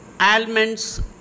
almonds